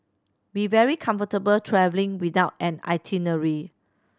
be very comfortable travelling without an itinerary